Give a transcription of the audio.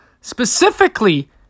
specifically